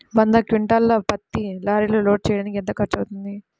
వంద క్వింటాళ్ల పత్తిని లారీలో లోడ్ చేయడానికి ఎంత ఖర్చవుతుంది?